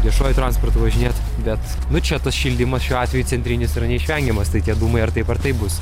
viešuoju transportu važinėt bet nu čia tas šildymas šiuo atveju centrinis yra neišvengiamas tai tie dūmai ar taip ar taip bus